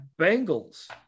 Bengals